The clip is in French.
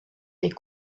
des